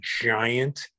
giant